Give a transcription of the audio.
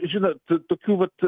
žinot tokių vat